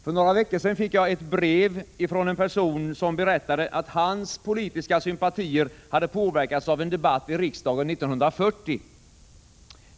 För några veckor sedan fick jag ett brev från en person, som berättade, att hans politiska sympatier hade påverkats av en debatt i riksdagen 1940.